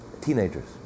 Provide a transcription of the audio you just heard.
teenagers